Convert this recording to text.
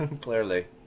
clearly